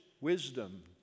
wisdom